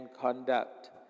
conduct